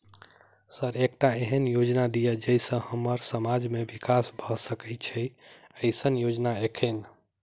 Sir एकटा एहन योजना दिय जै सऽ हम्मर समाज मे विकास भऽ सकै छैय एईसन योजना एखन?